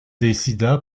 décida